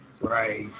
Right